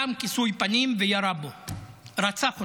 שם כיסוי פנים וירה בו, רצח אותו.